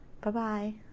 bye-bye